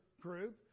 group